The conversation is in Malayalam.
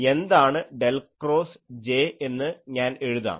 എന്താണ് ഡെൽ ക്രോസ് J എന്ന് ഞാൻ എഴുതാം